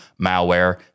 malware